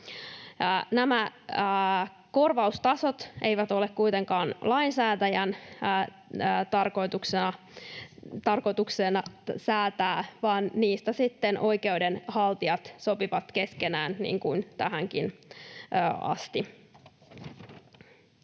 Näitä korvaustasoja ei ole kuitenkaan lainsäätäjän tarkoitus säätää, vaan niistä sitten oikeudenhaltijat sopivat keskenään, niin kuin